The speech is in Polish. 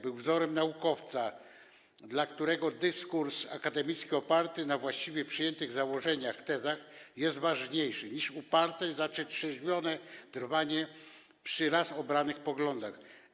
Był wzorem naukowca, dla którego dyskurs akademicki oparty na właściwie przyjętych założeniach, tezach jest ważniejszy niż uparte, zacietrzewione trwanie przy raz obranych poglądach.